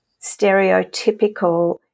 stereotypical